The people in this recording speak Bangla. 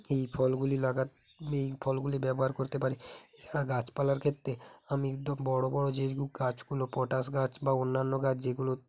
এই ফলগুলি লাগা এই ফলগুলি ব্যবহার করতে পারি এছাড়া গাছপালার ক্ষেত্রে আমি দু বড় বড় যেই গাছগুলো পটাশ গাছ বা অন্যান্য গাছ যেগুলো